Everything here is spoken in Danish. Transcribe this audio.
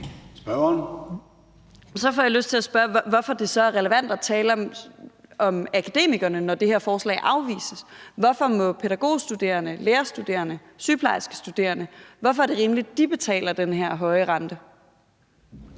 Så får jeg lyst til at spørge, hvorfor det så er relevant at tale om akademikerne, når det her forslag afvises. Hvorfor er det rimeligt, at pædagogstuderende, lærerstuderende, sygeplejerskestuderende betaler den her høje rente?